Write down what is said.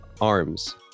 arms